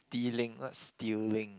dealing what stealing